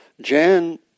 Jan